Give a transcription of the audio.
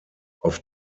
auf